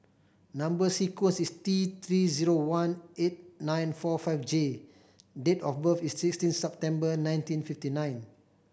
number sequence is T Three zero one eight nine four five J date of birth is sixteen September nineteen fifty nine